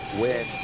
win